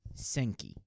senki